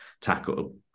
tackle